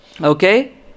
okay